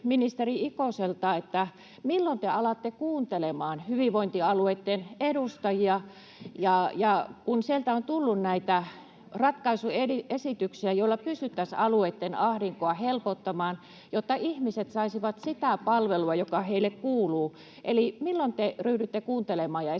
ministeri Ikoselta, milloin te alatte kuuntelemaan hyvinvointialueitten edustajia? Kun sieltä on tullut näitä ratkaisuesityksiä, joilla pystyttäisiin alueitten ahdinkoa helpottamaan, jotta ihmiset saisivat sitä palvelua, joka heille kuuluu. Eli milloin te ryhdytte kuuntelemaan ja esimerkiksi